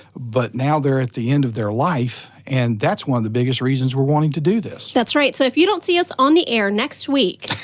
but now they're at the end of their life, and that's one of the biggest reasons we're wanting to do this. that's right, so if you don't see us on the air next week,